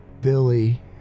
Billy